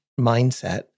mindset